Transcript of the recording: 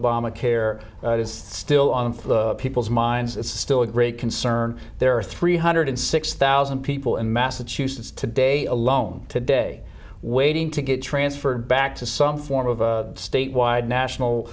is still on the people's minds it's still a great concern there are three hundred six thousand people in massachusetts today alone today waiting to get transferred back to some form of a statewide national